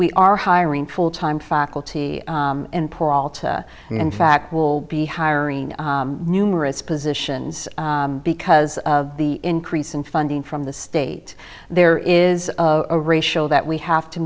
we are hiring full time faculty and in fact will be hiring numerous positions because of the increase in funding from the state there is a ratio that we have to